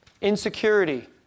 insecurity